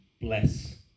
bless